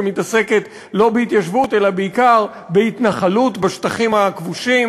שמתעסקת לא בהתיישבות אלא בעיקר בהתנחלות בשטחים הכבושים.